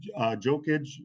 Jokic